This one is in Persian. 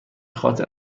خاطر